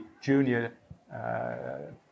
junior